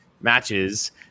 matches